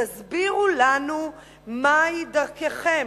תסבירו לנו מהי דרככם,